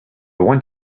want